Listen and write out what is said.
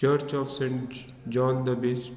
church of saint john the beast